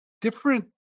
different –